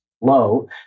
low